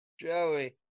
Joey